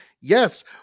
yes